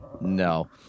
No